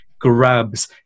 grabs